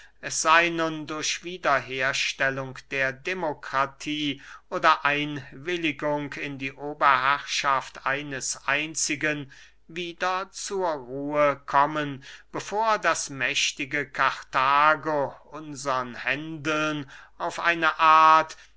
nun durch wiederherstellung der demokratie oder einwilligung in die oberherrschaft eines einzigen wieder zur ruhe kommen bevor das mächtige karthago unsern händeln auf eine art